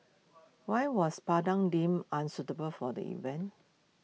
why was Padang deemed unsuitable for the event